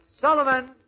Sullivan